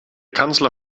kanzler